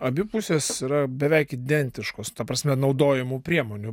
abi pusės yra beveik identiškos ta prasme naudojamų priemonių